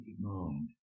mind